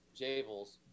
jables